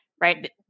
right